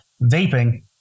vaping